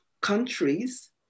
countries